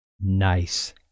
Nice